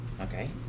okay